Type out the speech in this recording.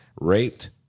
raped